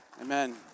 Amen